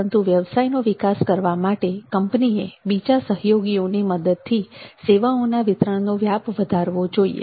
પરંતુ વ્યવસાયનો વિકાસ કરવા માટે કંપનીએ બીજા સહયોગીઓની મદદથી સેવાઓના વિતરણ નો વ્યાપ વધારવો જોઈએ